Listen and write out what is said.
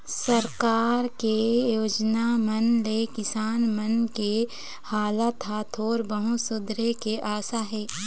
सरकार के योजना मन ले किसान मन के हालात ह थोर बहुत सुधरे के आसा हे